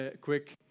quick